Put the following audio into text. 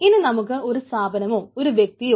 ഇനി നമുക്ക് ഒരു സ്ഥാപനമോ ഒരു വ്യക്തിയോ